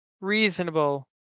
reasonable